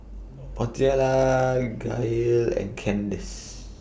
Ozella Gail and Candis